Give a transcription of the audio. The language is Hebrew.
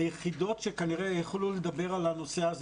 היחידות שכנראה יכלו לדבר על הנושא הזה